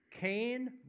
Cain